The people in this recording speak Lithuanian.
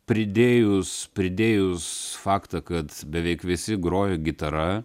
pridėjus pridėjus faktą kad beveik visi grojo gitara